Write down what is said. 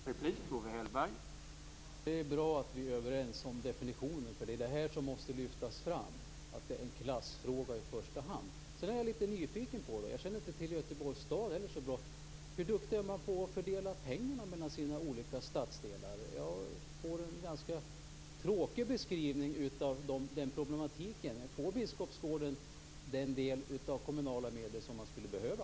Herr talman! Det är bra att vi är överens om definitionen. Det är detta som måste lyftas fram, att det en klassfråga i första hand. Jag är litet nyfiken. Jag känner inte till Göteborgs stad så bra. Hur duktig är man på att fördela pengarna mellan de olika stadsdelarna? Jag får en ganska tråkig beskrivning av den problematiken. Får Biskopsgården den del av kommunala medel som man skulle behöva?